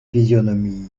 physionomie